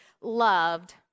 loved